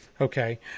Okay